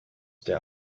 der